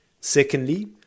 Secondly